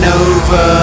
over